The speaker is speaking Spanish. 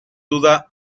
duda